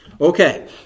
Okay